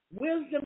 wisdom